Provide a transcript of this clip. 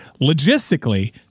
logistically